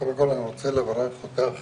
קודם כל אני רוצה לברך אותך